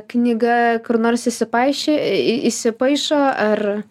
knyga kur nors įsipaišė įsipaišo ar